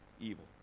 evil